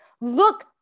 look